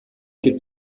gibt